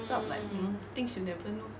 so I'm like mm things you never know